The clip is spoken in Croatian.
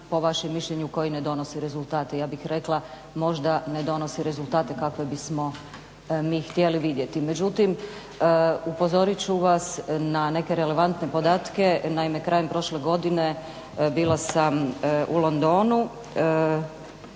po vašem mišljenju koji ne donosi rezultate, ja bih rekla možda ne donosi rezultate kakve bismo mi htjeli vidjeti. Međutim upozorit ću vas na neke relevantne podatke, naime krajem prošle godine bila sam u Londonu